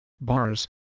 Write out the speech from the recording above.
bars